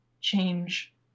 change